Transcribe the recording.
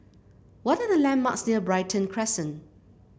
what are the landmarks near Brighton Crescent